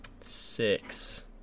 Six